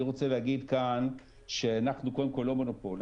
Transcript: אני רוצה להגיד כאן, שאנחנו קודם כול לא מונופול.